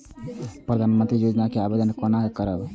प्रधानमंत्री योजना के आवेदन कोना करब?